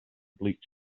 bleak